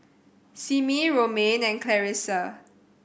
Simmie Romaine and Clarissa